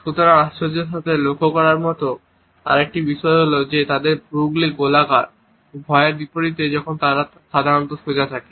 সুতরাং আশ্চর্যের সাথে লক্ষ্য করার মতো আরেকটি বিষয় হল যে ভ্রুগুলি গোলাকার ভয়ের বিপরীতে যখন তারা সাধারণত সোজা থাকে